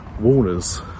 Warners